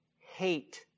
hate